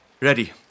Ready